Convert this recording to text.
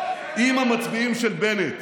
אם המצביעים של בנט